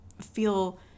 feel